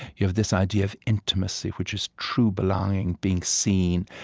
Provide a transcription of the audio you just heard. you have this idea of intimacy, which is true belonging, being seen,